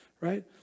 right